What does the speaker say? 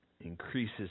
increases